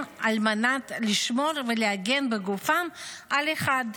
על מנת לשמור ולהגן בגופם על אחד,